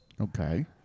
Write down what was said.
Okay